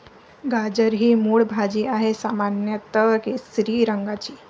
गाजर ही मूळ भाजी आहे, सामान्यत केशरी रंगाची